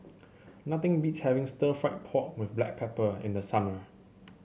nothing beats having Stir Fried Pork with Black Pepper in the summer